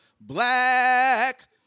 Black